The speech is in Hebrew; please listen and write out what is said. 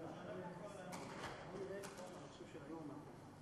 הבעיה השנייה היא שבאותן שנים שהם בכל זאת נמצאים בארץ,